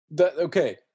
Okay